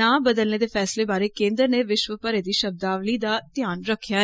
नां बदलने दे फैसले बारे केन्द्र ने विश्व भरे दी शब्दावली दा ध्यान रक्खेआ ऐ